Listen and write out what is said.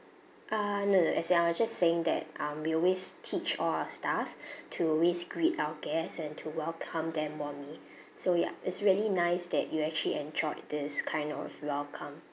uh no no as in I was just saying that um we always teach all our staff to always greet our guests and to welcome them warmly so ya it's really nice that you actually enjoyed this kind of welcome